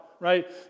right